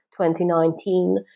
2019